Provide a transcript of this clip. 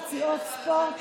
פציעות ספורט,